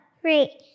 three